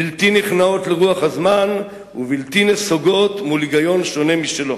בלתי נכנעות לרוח הזמן ובלתי נסוגות מול היגיון שונה משלו".